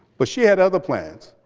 but she had other plans.